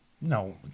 No